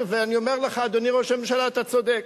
ואני אומר לך, אדוני ראש הממשלה, אתה צודק.